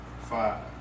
Five